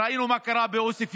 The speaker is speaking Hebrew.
ראינו מה קרה בעוספיא,